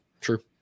true